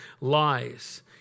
lies